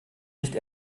nicht